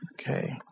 Okay